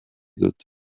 dut